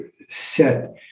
set